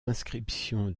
inscriptions